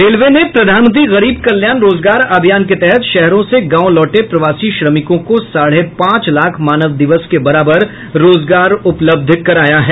railway ने प्रधानमंत्री गरीब कल्याण रोजगार अभियान के तहत शहरों से गाँव लौटे प्रवासी श्रमिकों को साढ़े पांच लाख मानव दिवस के बराबर रोजगार उपलब्ध कराया है